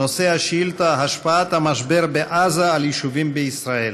נושא השאילתה: השפעת המשבר בעזה על יישובים בישראל.